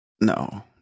No